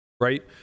right